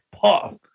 puff